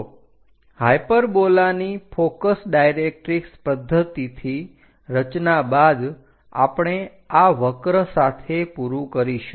તો હાઇપરબોલાની focus directrix પદ્ધતિથી રચના બાદ આપણે આ વક્ર સાથે પૂરું કરીશું